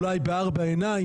אולי בארבע עיניים,